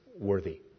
worthy